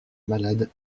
malade